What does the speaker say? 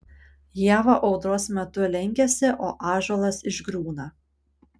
ieva audros metu lenkiasi o ąžuolas išgriūna